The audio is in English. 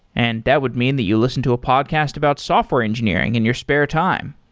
and that would mean that you listen to a podcast about software engineering in your spare time,